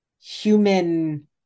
human